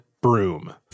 broom